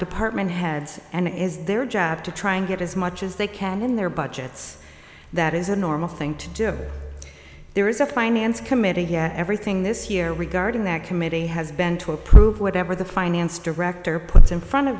department heads and it is their job to try and get as much as they can in their budgets that is a normal thing to do if there is a finance committee yet everything this year regarding that committee has been to approve whatever the finance director put in front of